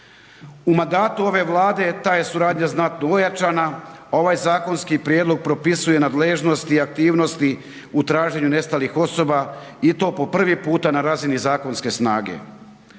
U mandatu ove Vlade ta je suradnja znatno ojačana, a ovaj zakonski prijedlog propisuje nadležnosti i aktivnosti u traženju nestalih osoba i to prvi puta na razini zakonske snage.